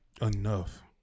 enough